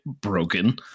broken